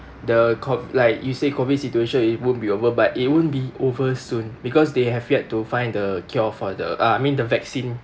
the co~ like you say COVID situation it would be over but it won't be over soon because they have yet to find the cure for the uh I mean the vaccine